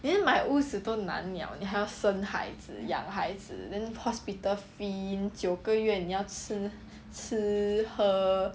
连买屋子都难 liao 你还要生孩子养孩子 then hospital fee 九个月你要吃吃喝